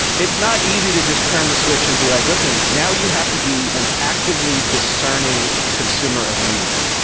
it's not easy to just turn the switch and be like, listen, now you have to be an actively discerning consumer of media.